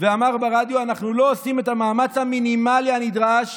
הבוקר ואמר ברדיו: אנחנו לא עושים את המאמץ המינימלי הנדרש